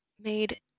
made